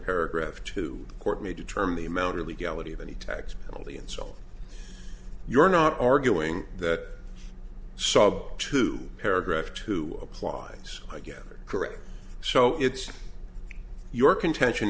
paragraph two court may determine the amount of legality of any tax penalty and so you're not arguing that sub to paragraph two applies again correct so it's your contention